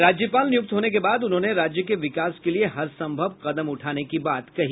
राज्यपाल नियुक्त होने के बाद उन्होंने राज्य के विकास के लिए हरसम्भव कदम उठाने की बात कही